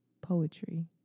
poetry